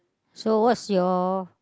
so what's your